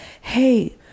hey